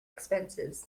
expenses